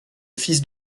fils